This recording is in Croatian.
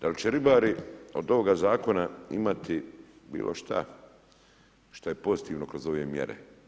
Dal' će ribari od ovoga zakona imati bilo šta, što je pozitivno kroz ove mjere?